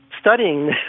studying